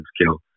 skill